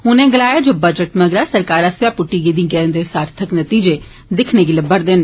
उनें गलाया जे बजट मगरा सरकार आस्सेया प्ट्टी गेदी गैं दे सार्थिक नतीजें दिक्खने गी लब्बा र दे न